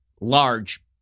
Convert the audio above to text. large